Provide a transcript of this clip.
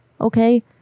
okay